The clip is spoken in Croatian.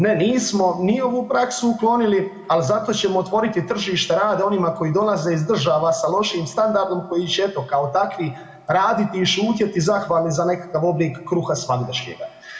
Ne, nismo mi ovu praksu uklonili ali zato ćemo otvoriti tržište rada onima koji dolaze iz država sa lošijim standardom koji će eto kao takvi, raditi i šutjeti zahvalni za nekakav oblik kuha svagdašnjega.